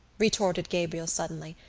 retorted gabriel suddenly,